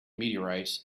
meteorites